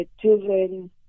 children